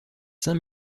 saint